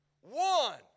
one